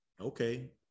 okay